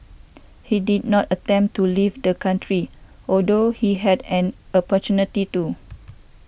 he did not attempt to leave the country although he had an opportunity to